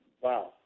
Wow